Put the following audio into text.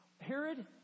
Herod